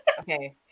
Okay